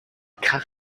krach